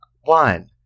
one